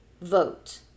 vote